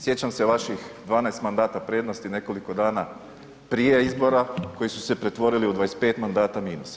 Sjećam se vaši 12 mandata prednosti nekoliko dana prije izbora koji su se pretvorili u 25 mandata minusa.